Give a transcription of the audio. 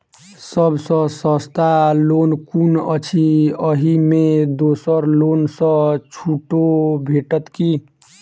सब सँ सस्ता लोन कुन अछि अहि मे दोसर लोन सँ छुटो भेटत की?